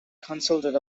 consulted